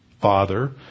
father